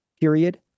period